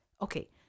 Okay